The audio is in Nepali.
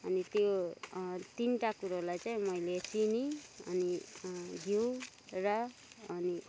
अनि त्यो तिनवटा कुरोलाई चाहिँ मैले चिनी अनि घिउ र अनि